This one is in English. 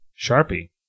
Sharpie